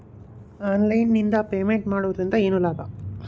Online ನಿಂದ payment ಮಾಡುವುದರಿಂದ ಏನು ಲಾಭ?